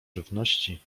żywności